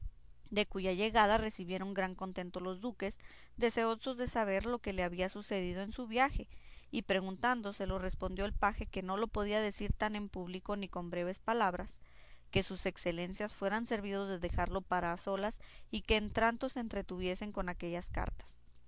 de cuya llegada recibieron gran contento los duques deseosos de saber lo que le había sucedido en su viaje y preguntándoselo respondió el paje que no lo podía decir tan en público ni con breves palabras que sus excelencias fuesen servidos de dejarlo para a solas y que entretanto se entretuviesen con aquellas cartas